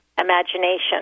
imagination